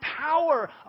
power